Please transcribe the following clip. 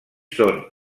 són